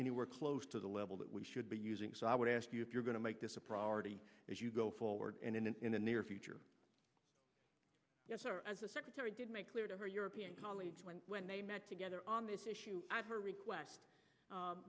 anywhere close to the level that we should be using so i would ask you if you're going to make this a priority as you go forward and in the near future as the secretary did make clear to her european colleagues when when they met together on this issue at her request